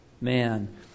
man